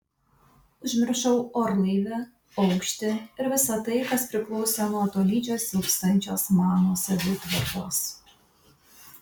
užmiršau orlaivį aukštį ir visa tai kas priklausė nuo tolydžio silpstančios mano savitvardos